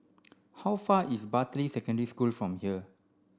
how far is Bartley Secondary School from here